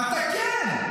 אתה כן.